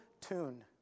tune